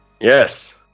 Yes